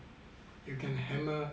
you can hammer